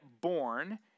born